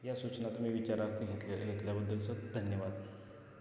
या सूचना तुम्ही विचारात घेतल्या घेतल्याबद्दल सर धन्यवाद